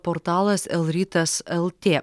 portalas lrytas lt